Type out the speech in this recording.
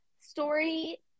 story